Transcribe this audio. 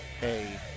hey